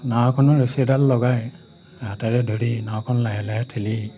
নাঁও এখনত ৰছী এডাল লগাই হাতেৰে ধৰি নাঁওখন লাহে লাহে ঠেলি